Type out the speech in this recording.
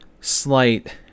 slight